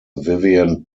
vivian